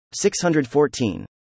614